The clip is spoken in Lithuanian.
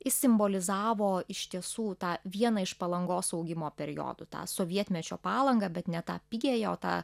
jis simbolizavo iš tiesų tą vieną iš palangos augimo periodu tą sovietmečio palangą bet ne tą pigiąją o tą